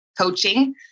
coaching